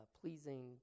pleasing